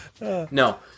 no